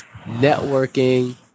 networking